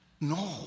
No